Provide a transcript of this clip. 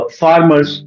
farmers